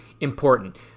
important